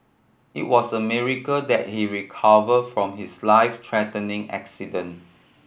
it was a miracle that he recovered from his life threatening accident